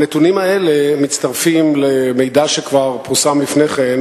הנתונים האלה מצטרפים למידע שכבר פורסם לפני כן,